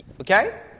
Okay